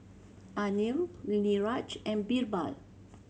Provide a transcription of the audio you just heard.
Anil Niraj and Birbal